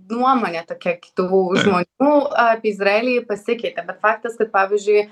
nuomonė tokia kitų žmonių apie izraelį pasikeitė bet faktas kad pavyzdžiui